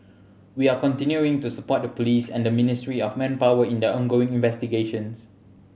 we are continuing to support the police and the Ministry of Manpower in their ongoing investigations